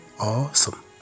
Awesome